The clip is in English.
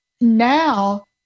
now